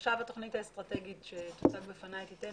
עכשיו התוכנית האסטרטגית שתוצג בפניי תיתן